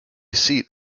seat